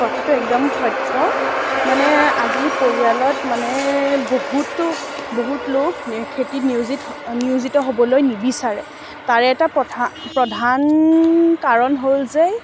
কথাটো একদম সত্য মানে আজি পৰিয়ালত মানে বহুতো বহুত লোক খেতিত নিয়োজিত নিয়োজিত হ'বলৈ নিবিচাৰে তাৰে এটা প্ৰথা প্ৰধান কাৰণ হ'ল যে